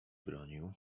bronił